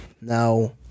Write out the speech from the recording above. now